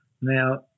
Now